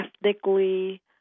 ethnically